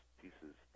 pieces